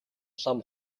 лам